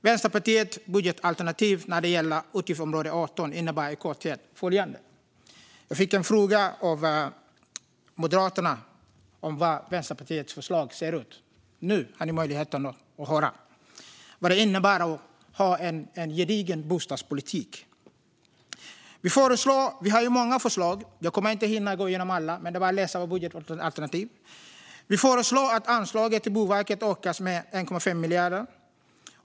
Jag fick en fråga från Moderaterna om hur Vänsterpartiets förslag ser ut. Nu har ni möjlighet att höra vad en gedigen bostadspolitik innebär. Vi har många förslag, och jag kommer inte att hinna gå igenom alla, men det är bara att läsa i vårt budgetalternativ. Vänsterpartiets budgetalternativ för utgiftsområde 18 innebär i korthet följande. Vi föreslår att anslaget till Boverket ökas med 1,5 miljarder.